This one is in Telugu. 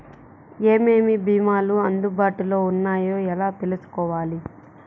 ఏమేమి భీమాలు అందుబాటులో వున్నాయో ఎలా తెలుసుకోవాలి?